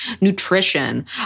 nutrition